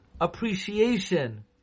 appreciation